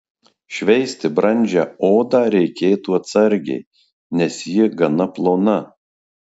šveisti brandžią odą reikėtų atsargiai nes ji gana plona